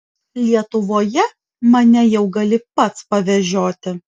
lietuvoje mane jau gali pats pavežioti